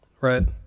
right